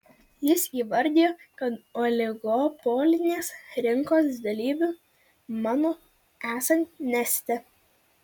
jis įvardijo kad oligopolinės rinkos dalyviu mano esant neste